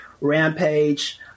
Rampage